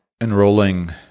enrolling